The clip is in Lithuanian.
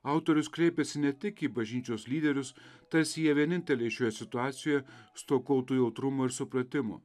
autorius kreipiasi ne tik į bažnyčios lyderius tarsi jie vieninteliai šioje situacijoje stokotų jautrumo ir supratimo